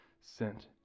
sent